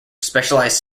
specialized